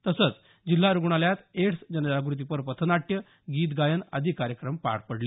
तसंच जिल्हा रुग्णालयात एड्स जनजागृतीपर पथनाट्य गीत गायन आदी कार्यक्रम पार पडले